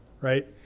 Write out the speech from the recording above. right